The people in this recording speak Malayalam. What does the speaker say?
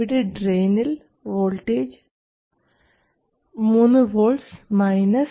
ഇവിടെ ഡ്രയിനിൽ വോൾട്ടേജ് 3 V 0